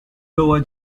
lower